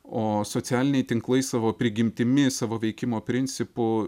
o socialiniai tinklai savo prigimtimi savo veikimo principu